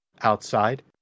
Outside